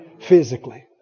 physically